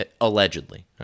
Allegedly